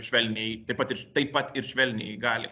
švelniai taip pat ir taip pat ir švelniajai galiai